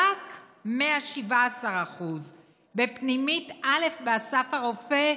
רק 117%; בפנימית א' באסף הרופא,